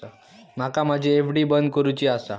माका माझी एफ.डी बंद करुची आसा